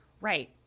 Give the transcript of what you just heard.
Right